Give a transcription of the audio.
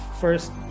first